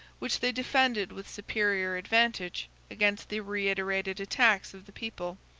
which they defended with superior advantage against the reiterated attacks of the people,